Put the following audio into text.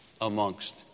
amongst